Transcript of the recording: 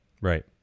Right